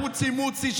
הפוצי-מוצי,